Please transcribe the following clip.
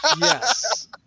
yes